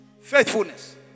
Faithfulness